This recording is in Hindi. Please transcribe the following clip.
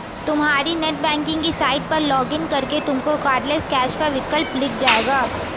तुम्हारी नेटबैंकिंग की साइट पर लॉग इन करके तुमको कार्डलैस कैश का विकल्प दिख जाएगा